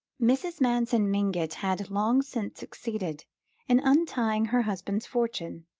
mrs. manson mingott had long since succeeded in untying her husband's fortune,